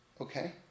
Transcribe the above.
Okay